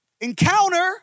encounter